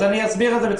אסביר את זה.